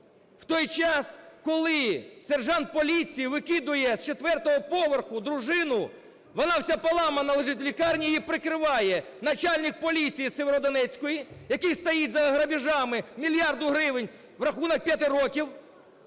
В той час, коли сержант поліції викидає з четвертого поверху дружину, вона вся поламана лежить в лікарні, його прикриває начальник поліції Сєвєродонецька, який стоїть за грабежами мільярда гривень в рахунок 5 років,